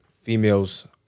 females